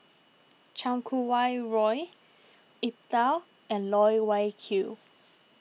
Chan Kum Wah Roy Iqbal and Loh Wai Kiew